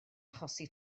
achosi